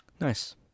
Nice